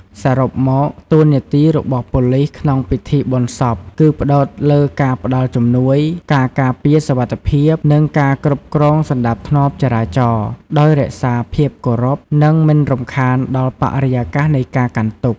សរុបមក តួនាទីរបស់ប៉ូលីសក្នុងពិធីបុណ្យសព គឺផ្តោតលើការផ្តល់ជំនួយ ការការពារសុវត្ថិភាព និងការគ្រប់គ្រងសណ្តាប់ធ្នាប់ចរាចរណ៍ ដោយរក្សាភាពគោរព និងមិនរំខានដល់បរិយាកាសនៃការកាន់ទុក្ខ។